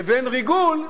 לבין ריגול,